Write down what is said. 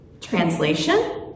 Translation